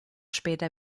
später